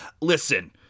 listen